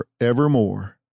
forevermore